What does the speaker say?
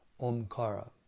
Omkara